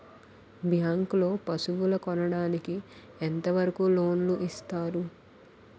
Bank లో పశువుల కొనడానికి ఎంత వరకు లోన్ లు ఇస్తారు?